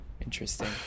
Interesting